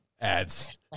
ads